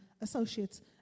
associates